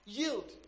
yield